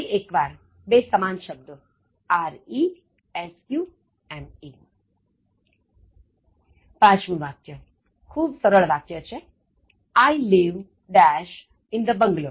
ફરી એકવાર બે સમાન શબ્દો resume પાંચમું ખૂબ સરળ વાક્ય I live - in the bungalow